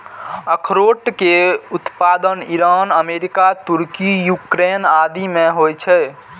अखरोट के उत्पादन ईरान, अमेरिका, तुर्की, यूक्रेन आदि मे होइ छै